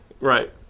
Right